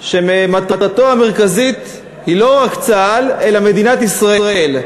כשהמטרה המרכזית היא לא רק צה"ל, אלא מדינת ישראל.